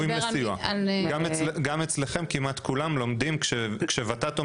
גם אצלכם כמעט כולם לומדים כשהוועדה לתכנון ותקצוב